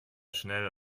schnell